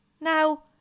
Now